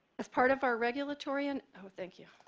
as part of our regulatory and oh, thank you.